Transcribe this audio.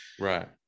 Right